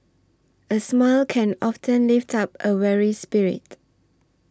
a smile can often lift up a weary spirit